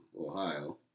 Ohio